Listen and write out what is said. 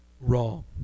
wrong